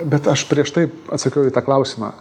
bet aš prieš tai atsakiau į tą klausimą